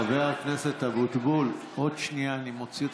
חבר הכנסת אבוטבול, עוד שנייה אני מוציא אותך.